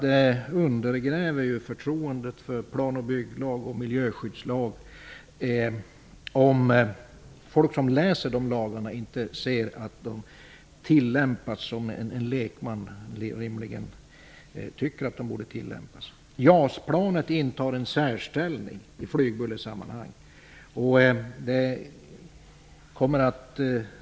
Det undergräver förtroendet för plan och bygglag och miljöskyddslag om folk som läser dem inte finner att de tillämpas på det sätt som en lekman rimligen tycker att de borde tillämpas. JAS-planet intar en särställning i flygbullersammanhang.